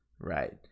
Right